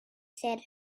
said